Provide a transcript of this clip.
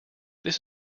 this